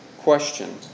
question